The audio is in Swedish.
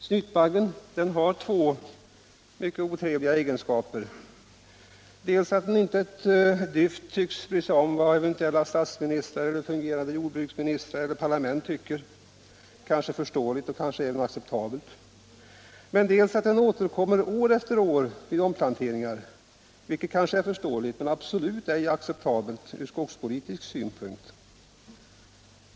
Snytbaggen har två mycket otrevliga egenskaper: dels att den inte ett dyft tycks bry sig om vad eventuella statsministrar, funderande jordbruksministrar eller parlament tycker, kanske förståeligt och kanske även acceptabelt, dels att den återkommer år efter år vid omplanteringar, vilket måhända är förståeligt men absolut ej acceptabelt ur skogspolitisk synpunkt.